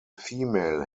female